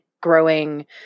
growing